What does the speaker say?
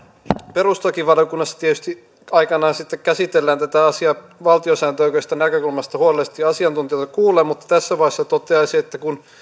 perustuslakivaliokunnassa tietysti aikanaan sitten käsitellään tätä asiaa valtiosääntöoikeudellisesta näkökulmasta huolellisesti asiantuntijoita kuullen mutta tässä vaiheessa toteaisin että kun